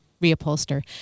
reupholster